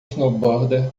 snowboarder